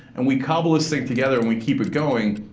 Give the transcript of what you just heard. and we cobble this thing together, and we keep it going.